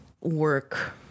work